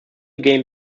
game